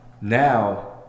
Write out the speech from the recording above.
now